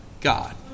God